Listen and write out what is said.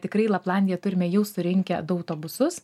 tikrai į laplandiją turime jau surinkę du autobusus